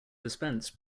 dispensed